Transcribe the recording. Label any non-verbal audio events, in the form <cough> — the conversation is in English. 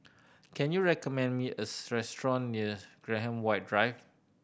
can you recommend me a <unintelligible> restaurant near Graham White Drive